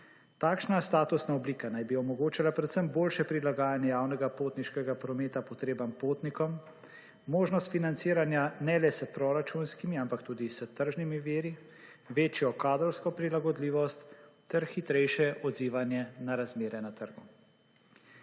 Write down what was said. Takšna statusna oblika naj bi omogočala predvsem boljše prilagajanje javnega potniškega prometa potrebam potnikov, možnost financiranja ne le s proračunskimi ampak tudi s tržnimi viri, večjo kadrovsko prilagodljivost ter hitrejše odzivanje na razmere na trgu.